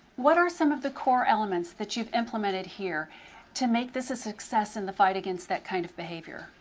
what are some of the core elements that you've implemented here to make this a success in the fight against that kind of behavior?